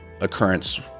occurrence